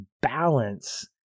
balance